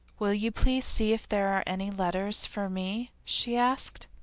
will you please see if there are any letters for me? she asked.